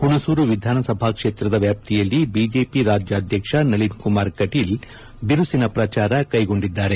ಹುಣಸೂರು ವಿಧಾನಸಭಾ ಕ್ಷೇತ್ರದ ವ್ಯಾಪ್ತಿಯಲ್ಲಿ ಬಿಜೆಪಿ ರಾಜ್ಯಾಧ್ಯಕ್ಷ ನಳೀನ್ ಕುಮಾರ್ ಕಟೀಲ್ ಬಿರುಸಿನ ಪ್ರಚಾರ ಕೈಗೊಂಡಿದ್ದಾರೆ